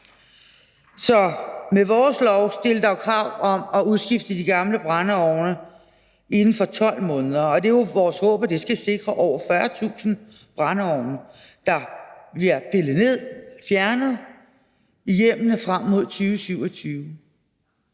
Med vores lovgivning stilles der altså krav om at udskifte de gamle brændeovne inden for 12 måneder, og det er jo vores håb, at det skal sikre, at over 40.000 tusind brændeovne bliver pillet ned og fjernet i hjemmene frem mod 2027.